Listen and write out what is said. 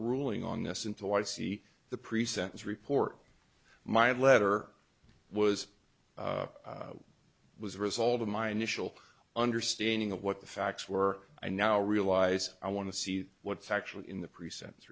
ruling on this until i see the pre sentence report my letter was was a result of my initial understanding of what the facts were i now realize i want to see what's actually in the pre sent